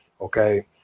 Okay